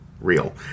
real